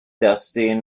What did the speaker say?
dustin